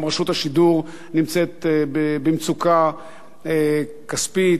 גם רשות השידור נמצאת במצוקה כספית,